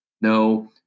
No